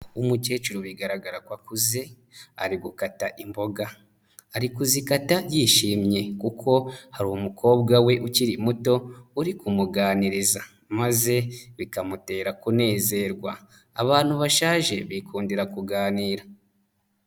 Umukecuru bigaragara ko akuze ari gukata imboga, ari kuzikata yishimye kuko hari umukobwa we ukiri muto uri kumuganiriza maze bikamutera kunezerwa, abantu bashaje bikundira kuganira.